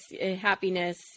happiness